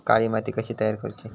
काळी माती कशी तयार करूची?